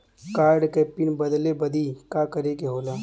Card क PIN बदले बदी का करे के होला?